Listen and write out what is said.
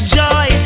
joy